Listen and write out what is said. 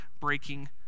breaking